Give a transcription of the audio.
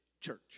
church